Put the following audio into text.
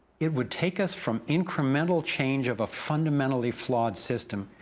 it would take us from incremental change of a fundamentally flawed system,